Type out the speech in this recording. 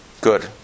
Good